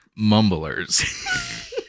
Mumblers